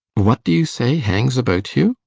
what do you say hangs about you?